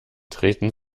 treten